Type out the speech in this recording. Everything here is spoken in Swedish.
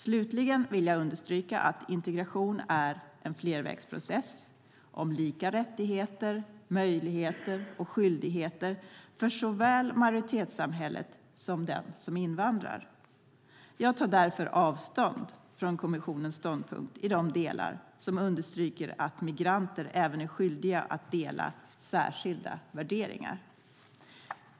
Slutligen vill jag understryka att integration är en flervägsprocess för lika rättigheter, möjligheter och skyldigheter för såväl majoritetssamhället som dem som invandrar. Jag tar därför avstånd från kommissionens ståndpunkt i de delar som understryker att migranter även är skyldiga att dela särskilda värderingar.